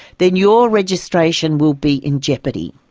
then your registration will be in jeopardy.